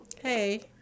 Hey